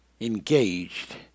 engaged